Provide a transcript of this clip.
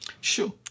Sure